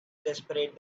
desperate